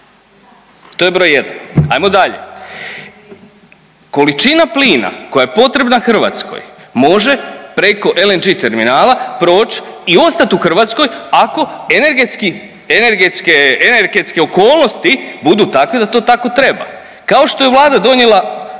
to je broj jedan. Hajmo dalje. Količina plina koja je potrebna Hrvatskoj može preko LNG terminala proći i ostati u Hrvatskoj ako energetske okolnosti budu takve da to tako treba kao što je Vlada donijela